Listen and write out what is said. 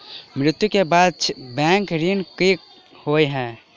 मृत्यु कऽ बाद बैंक ऋण कऽ की होइ है?